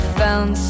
found